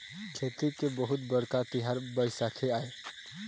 खेती के बहुत बड़का तिहार बइसाखी आय